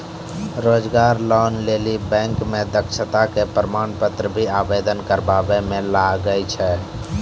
रोजगार लोन लेली बैंक मे दक्षता के प्रमाण पत्र भी आवेदन करबाबै मे लागै छै?